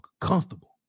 comfortable